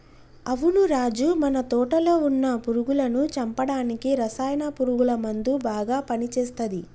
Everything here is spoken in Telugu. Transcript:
అవును రాజు మన తోటలో వున్న పురుగులను చంపడానికి రసాయన పురుగుల మందు బాగా పని చేస్తది